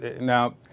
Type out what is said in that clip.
Now